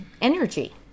energy